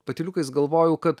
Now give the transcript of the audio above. patyliukais galvojau kad